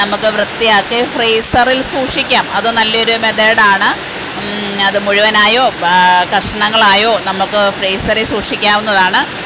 നമുക്ക് വൃത്തിയാക്കി ഫ്രീസറിൽ സൂക്ഷിക്കാം അത് നല്ല ഒരു മെത്തേഡ് ആണ് അത് മുഴുവനായോ കഷ്ണങ്ങളായോ നമുക്ക് ഫ്രീസറിൽ സൂക്ഷിക്കാവുന്നതാണ്